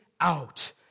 out